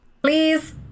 please